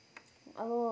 अब